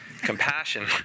Compassion